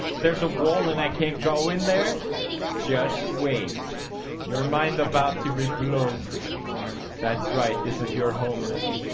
there's a wall and i can't go in there just wait your mind about to be blown that's right. this is your home now